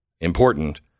Important